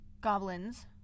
goblins